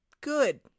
good